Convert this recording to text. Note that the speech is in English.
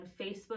Facebook